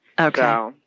Okay